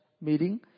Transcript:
meeting